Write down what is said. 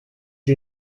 you